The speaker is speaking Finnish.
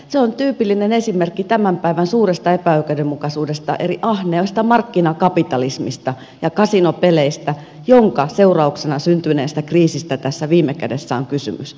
se on tyypillinen esimerkki tämän päivän suuresta epäoikeudenmukaisuudesta eli ahneesta markkinakapitalismista ja kasinopeleistä joiden seurauksena syntyneestä kriisistä tässä viime kädessä on kysymys